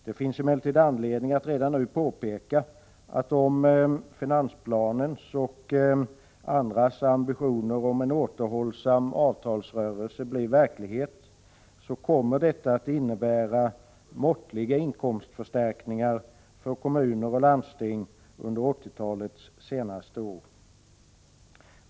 Det finns emellertid anledning att redan nu påpeka att om finansplanens och andras ambitioner om en återhållsam avtalsrörelse blir verklighet, kommer detta att innebära måttliga inkomstförstärkningar för kommuner och landsting under 1980-talets senaste år.